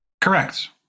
Correct